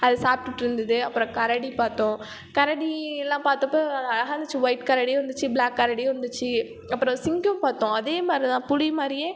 அது சாப்பிட்டுட்டு இருந்தது அப்புறம் கரடி பார்த்தோம் கரடிலாம் பார்த்தப்போ அழகாக இருந்துச்சு ஒயிட் கரடியும் இருந்துச்சு ப்ளாக் கரடியும் இருந்துச்சு அப்புறம் சிங்கம் பார்த்தோம் அதே மாதிரிதான் புலி மாதிரியே